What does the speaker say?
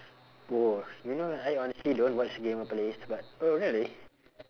oh you know I honestly don't watch gamer plays but oh really